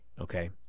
okay